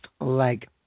Leg